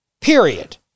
period